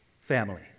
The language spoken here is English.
family